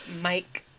mike